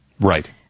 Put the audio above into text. Right